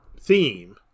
theme